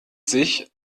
sich